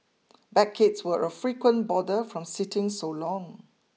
backaches were a frequent bother from sitting so long